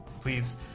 Please